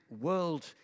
world